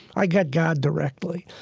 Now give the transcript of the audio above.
i've got god directly.